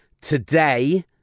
Today